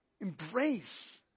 embrace